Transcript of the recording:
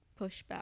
pushback